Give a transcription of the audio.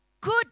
good